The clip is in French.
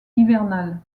hivernale